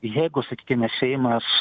jeigu sakykime seimas